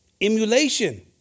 Emulation